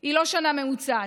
היא לא שנה ממוצעת.